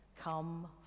come